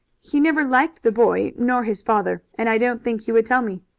he never liked the boy nor his father, and i don't think he would tell me.